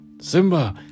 Simba